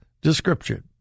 description